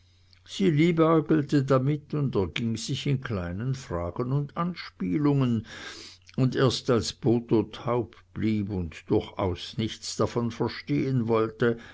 liebäugelte damit und erging sich in kleinen fragen und anspielungen und erst als botho taub blieb und durchaus nichts davon verstehen wollte